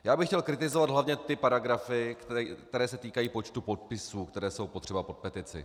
Já bych chtěl kritizovat hlavně ty paragrafy, které se týkají počtu podpisů, které jsou potřeba pod petici.